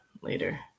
later